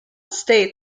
state